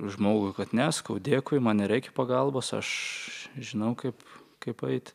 žmogui kad ne sakau dėkui man nereikia pagalbos aš žinau kaip kaip paeit